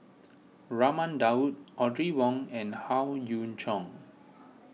Raman Daud Audrey Wong and Howe Yoon Chong